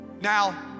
Now